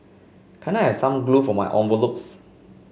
can I have some glue for my envelopes